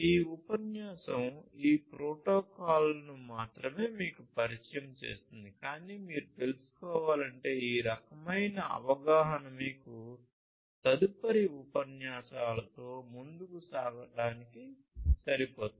ఈ ఉపన్యాసం ఈ ప్రోటోకాల్లను మాత్రమే మీకు పరిచయం చేస్తుంది కానీ మీరు తెలుసుకోవాలంటే ఈ రకమైన అవగాహన మీకు తదుపరి ఉపన్యాసాలతో ముందుకు సాగడానికి సరిపోతుంది